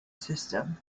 system